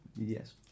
yes